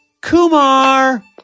Kumar